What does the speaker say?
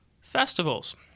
festivals